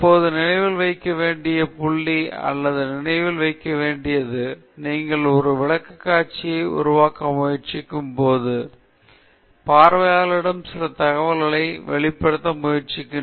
இப்போது நினைவில் வைக்க வேண்டிய புள்ளி அல்லது நினைவில் வைக்க வேண்டியது நீங்கள் ஒரு விளக்கக்காட்சியை உருவாக்க முயற்சிக்கும்போது பார்வையாளர்களிடம் சில தகவல்களை வெளிப்படுத்த முயற்சிக்கிறீர்கள்